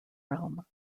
realm